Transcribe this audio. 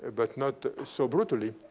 but not so brutally.